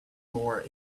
more